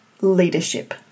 leadership